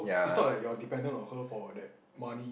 it's not like you're dependent on her for that money